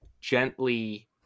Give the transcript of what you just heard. gently